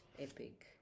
epic